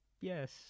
Yes